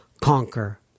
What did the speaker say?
conquer